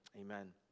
Amen